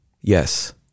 Yes